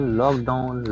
lockdown